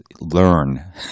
learn